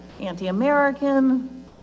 anti-American